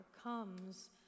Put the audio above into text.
comes